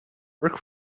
work